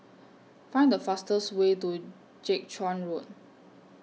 Find The fastest Way to Jiak Chuan Road